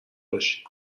باشی